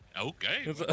Okay